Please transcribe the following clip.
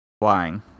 flying